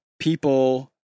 People